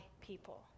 people